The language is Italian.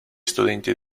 studenti